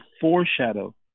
foreshadow